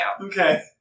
Okay